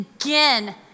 again